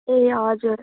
ए हजुर